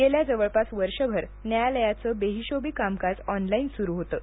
गेल्या जवळपास वर्षभर न्यायालयाचं बेहिशोबी कामकाज ऑनलाईन सुरु होतं